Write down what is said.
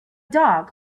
dog